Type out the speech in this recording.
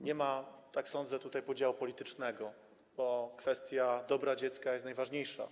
Nie ma tutaj, tak sądzę, podziału politycznego, bo kwestia dobra dziecka jest najważniejsza.